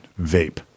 Vape